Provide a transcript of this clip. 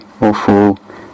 awful